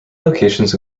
locations